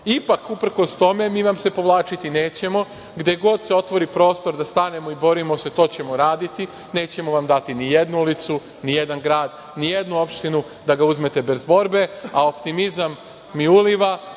vlast. Ipak, uprkos tome, mi vam se povlačiti nećemo. Gde god se otvori prostor da stanemo i borimo se, to ćemo raditi. Nećemo vam dati nijednu ulicu, nijedan grad, nijednu opštinu, da ga uzmete bez borbe, a optimizam mi uliva,